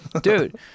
dude